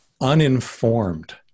uninformed